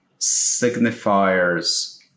signifiers